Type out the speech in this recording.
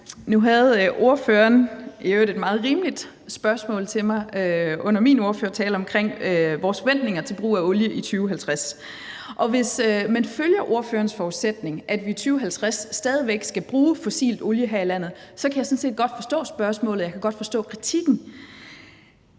Nu havde ordføreren et i øvrigt meget rimeligt spørgsmål til mig under min ordførertale om vores forventninger til brugen af olie i 2050. Og hvis man følger ordførerens forudsætning, altså at vi i 2050 stadig væk skal bruge fossil olie her i landet, kan jeg sådan set godt forstå spørgsmålet, og jeg kan